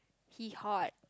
he hot